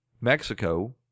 Mexico